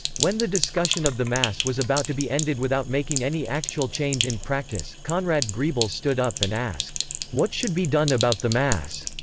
when the discussion of the mass was about to be ended without making any actual change in practice, conrad grebel stood up and asked what should be done about the mass?